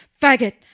Faggot